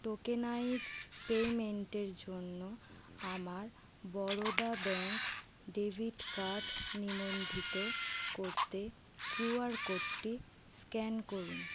tokenised পেমেন্টের জন্য আমার বরোদা ব্যাঙ্ক ডেবিট কার্ড নিবন্ধিত করতে কিউআর কোডটি স্ক্যান করুন